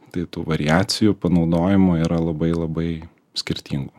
tai tų variacijų panaudojimo yra labai labai skirtingų